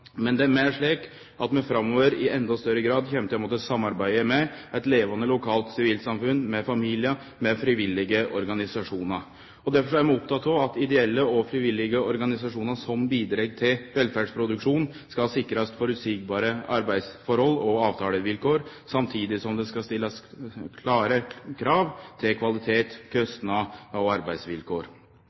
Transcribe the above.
Men det er òg slik at vi framover i enda større grad kjem til å måtte samarbeide med eit levande lokalt sivilsamfunn, med familiar, med frivillige organisasjonar. Derfor er vi opptekne av at ideelle og frivillige organisasjonar som bidreg til velferdsproduksjonen, skal sikrast føreseielege arbeidsforhold og avtalevilkår, samtidig som det skal stillast klåre krav til kvalitet, kostnader og arbeidsvilkår.